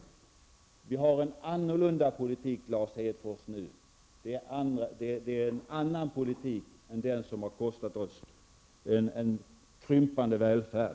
Vi har en annorlunda politik, Lars Hedfors, nu än den som har kostat oss en krympande välfärd.